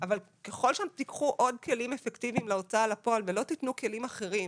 אבל ככל שתיקחו עוד כלים אפקטיביים להוצאה לפועל ולא תתנו כלים אחרים,